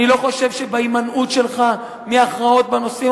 אני לא חושב שבהימנעות שלך מהכרעות בנושאים